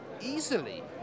easily